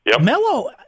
Melo